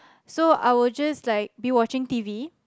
so I will just like be watching t_v